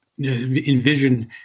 envision